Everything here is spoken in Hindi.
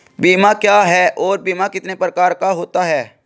बीमा क्या है और बीमा कितने प्रकार का होता है?